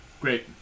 Great